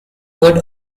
would